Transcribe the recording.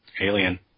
Alien